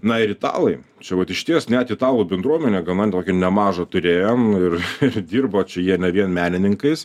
na ir italai čia vat išties net italų bendruomenę gana tokią nemažą turėjom ir ir dirbo čia jie ne vien menininkais